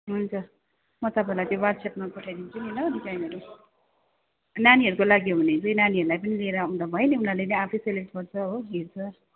हुन्छ म तपाईँलाई त्यो ह्वाट्सएपमा पठाइदिन्छु नि ल डिजाइनहरू नानीहरूको लागि हुने चाहिँ नानीहरूलाई पनि लिएर आउँदा भयो नि उनीहरूले पनि आफै सेलेक्ट गर्छ हो हेर्छ